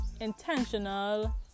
intentional